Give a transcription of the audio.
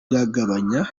byagabanya